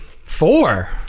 four